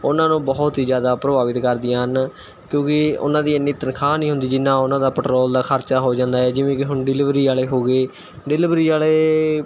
ਉਹਨਾਂ ਨੂੰ ਬਹੁਤ ਹੀ ਜ਼ਿਆਦਾ ਪ੍ਰਭਾਵਿਤ ਕਰਦੀਆਂ ਹਨ ਕਿਉਂਕਿ ਉਹਨਾਂ ਦੀ ਐਨੀ ਤਨਖਾਹ ਨਹੀਂ ਹੁੰਦੀ ਜਿੰਨਾ ਉਹਨਾਂ ਦਾ ਪੈਟਰੋਲ ਦਾ ਖਰਚਾ ਹੋ ਜਾਂਦਾ ਹੈ ਜਿਵੇਂ ਕਿ ਹੁਣ ਡਿਲੀਵਰੀ ਵਾਲ਼ੇ ਹੋ ਗਏ ਡਿਲੀਵਰੀ ਵਾਲ਼ੇ